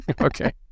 okay